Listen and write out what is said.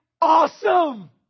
awesome